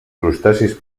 crustacis